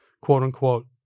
quote-unquote